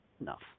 enough